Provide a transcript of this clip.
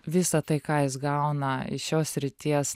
visa tai ką jis gauna iš šios srities